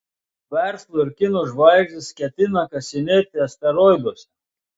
verslo ir kino žvaigždės ketina kasinėti asteroiduose